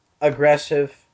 Aggressive